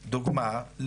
דוגמה,